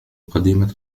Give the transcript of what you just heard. قديمة